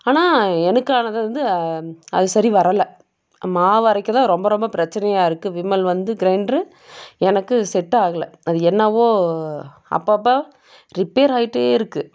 ஆனால் எனக்கு ஆனது வந்து அது சரி வரலை மாவு அரைக்கலை ரொம்ப ரொம்ப பிரச்சினையா இருக்குது விமல் வந்து கிரைண்ட்ரு எனக்கு செட் ஆகலை அது என்னாவோ அப்பப்போ ரிப்பேராகிட்டே இருக்குது